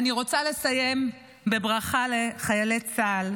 אני רוצה לסיים בברכה לחיילי צה"ל,